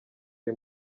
ari